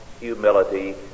humility